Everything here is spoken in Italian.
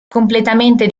completamente